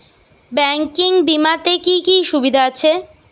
Banking বিমাতে কি কি সুবিধা আছে?